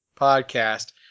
podcast